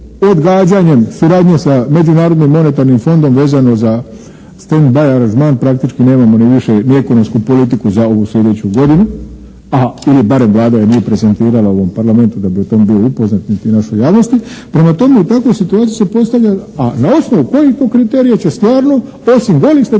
odgađanjem suradnje sa Međunarodnim monetarnim fondom vezano za stend by aranžman praktički ni nemamo više ni ekonomsku politiku za ovu sljedeću godinu ili barem Vlada je nije prezentirala u ovom Parlamentu da bi o tome bio upoznat, niti našoj javnosti. Prema tome u takvoj situaciji se postavlja, a na osnovu kojih to kriterija će stvarno osim golih statističkih